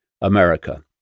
America